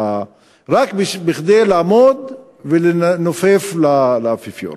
רק כדי לעמוד ולנופף לאפיפיור.